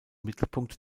mittelpunkt